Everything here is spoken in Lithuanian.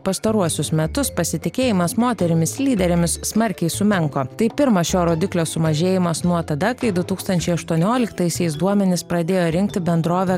pastaruosius metus pasitikėjimas moterimis lyderėmis smarkiai sumenko tai pirmas šio rodiklio sumažėjimas nuo tada kai du tūkstančiai aštuonioliktaisiais duomenis pradėjo rinkti bendrovė